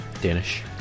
danish